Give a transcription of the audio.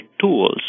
tools